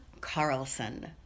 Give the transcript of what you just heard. Carlson